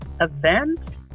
event